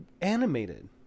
Animated